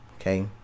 Okay